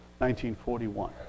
1941